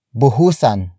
buhusan